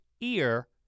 ear